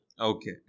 Okay